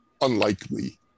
unlikely